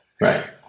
right